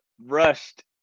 rushed